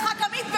יצחק עמית,